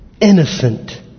innocent